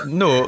no